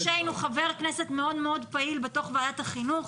חבר הכנסת שיין הוא חבר כנסת מאוד מאוד פעיל בוועדת החינוך,